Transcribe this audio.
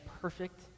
perfect